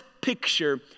picture